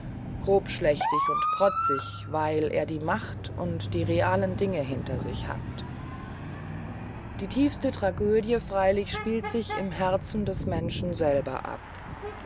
achilleus grobschlächtig und protzig weil er die macht und die realen dinge hinter sich hat die tiefste tragödie freilich spielt sich im herzen des menschen ab